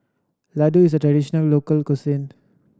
laddu is a traditional local cuisine